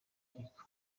urukiko